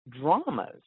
dramas